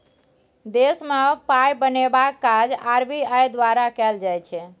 देशमे पाय बनेबाक काज आर.बी.आई द्वारा कएल जाइ छै